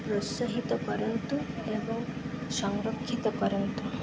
ପ୍ରୋତ୍ସାହିତ କରନ୍ତୁ ଏବଂ ସଂରକ୍ଷିତ କରନ୍ତୁ